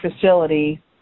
facility